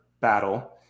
battle